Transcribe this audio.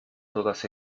todas